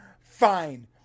fine